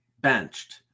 benched